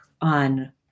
on